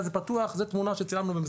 המלצנו פה,